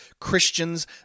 Christians